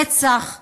רצח נורא,